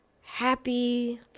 happy